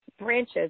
branches